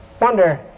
Wonder